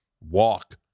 walk